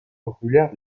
populaires